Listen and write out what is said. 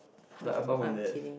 like apart from that